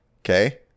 Okay